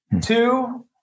Two